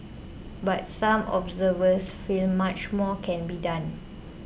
but some observers feel much more can be done